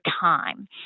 time